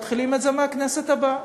מתחילים את זה מהכנסת הבאה.